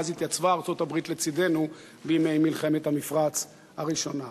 מאז התייצבה ארצות-הברית לצדנו בימי מלחמת המפרץ הראשונה.